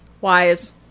Wise